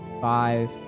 five